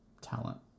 talent